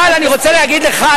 אבל אני רוצה להגיד לך,